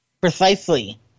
Precisely